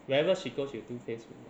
wherever she goes she will do Facebook live